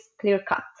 clear-cut